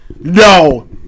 no